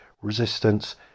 Resistance